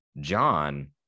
John